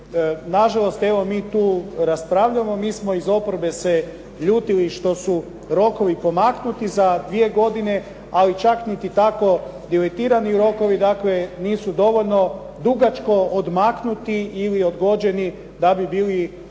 nažalost evo mi tu raspravljamo, mi smo iz oporbe se ljutili što su rokovi pomaknuti za dvije godine ali čak niti tako …/Govornik se ne razumije./… rokovi nisu dovoljno dugačko odmaknuti ili odgođeni da bi bili dostatni